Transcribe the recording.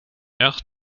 erg